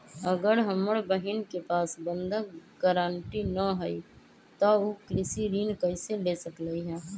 अगर हमर बहिन के पास बंधक गरान्टी न हई त उ कृषि ऋण कईसे ले सकलई ह?